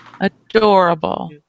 adorable